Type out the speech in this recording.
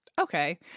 Okay